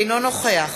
אינו נוכח